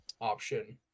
option